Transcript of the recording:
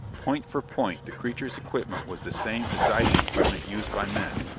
point for point the creature's equipment was the same as diving equipment used by men,